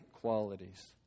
qualities